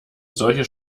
solche